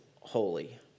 holy